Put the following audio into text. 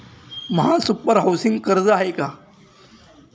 महासुपर हाउसिंग कर्ज आहे का?